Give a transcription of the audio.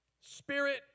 Spirit